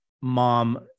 mom